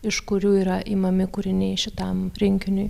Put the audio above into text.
iš kurių yra imami kūriniai šitam rinkiniui